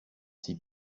s’y